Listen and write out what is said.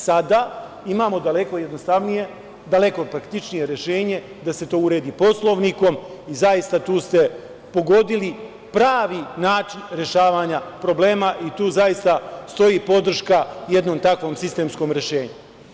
Sada imamo daleko jednostavnije, daleko praktičnije rešenje da se to uredi Poslovnikom i zaista, tu ste pogodili pravi način rešavanja problema i tu, zaista, stoji podrška jednom takvom sistemskom rešenju.